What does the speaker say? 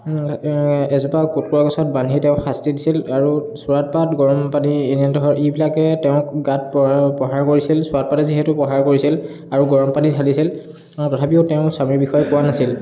এজোপা কোটকোৰা গছত বান্ধি তেওঁক শাস্তি দিছিল আৰু চোৰাট পাত গৰম পানী এনেধ এইবিলাকে তেওঁক গাত প্ৰহাৰ কৰিছিল চোৰাট পাতে যিহেতু প্ৰহাৰ কৰিছিল আৰু গৰম পানী ঢালিছিল তথাপিও তেওঁ স্বামীৰ বিষয়ে কোৱা নাছিল